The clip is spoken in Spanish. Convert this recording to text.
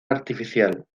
artificial